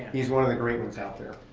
he's one of the great ones out there.